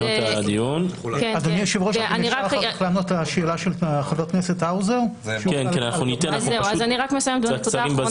כל הנתונים והדאטה שכרגע אתם מדברים פה בוועדה לא מתייחסים גם